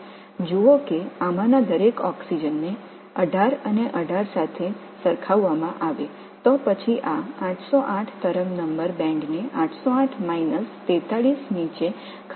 மேலும் இதை O18 பயன்படுத்தப்பட்டால் மாற்ற முடியும் இந்த ஆக்ஸிஜன்கள் ஒவ்வொன்றும் 18 மற்றும் 18 உடன் சமன் செய்யப்பட்டுள்ளதா என்று பாருங்கள் இந்த 808 அலைஎண் மேலும் மாறுகிறது 808 கழித்தல் 43 ஆக அது O18 சமநிலைக்கு இருக்கும்